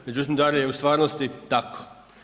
Međutim, da li je u stvarnosti tako?